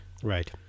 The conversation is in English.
Right